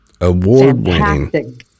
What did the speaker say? award-winning